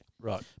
Right